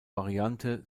variante